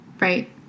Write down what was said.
right